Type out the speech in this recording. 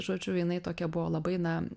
žodžiu jinai tokia buvo labai na